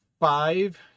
five